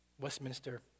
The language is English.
Westminster